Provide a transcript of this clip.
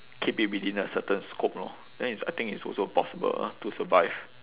keep it within a certain scope lor then it's I think it's also possible to survive